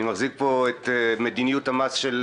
אני מחזיק פה את מדיניות המס של